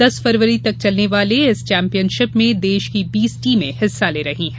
दस फरवरी तक चलने वाले इस चैंपियनशिप में देश की बीस टीमें हिस्सा ले रही हैं